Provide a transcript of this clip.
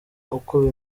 uko